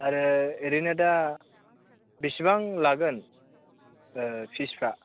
आरो ओरैनो दा बेसेबां लागोन फिसफ्रा